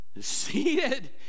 seated